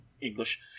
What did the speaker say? English